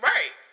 Right